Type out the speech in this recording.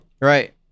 Right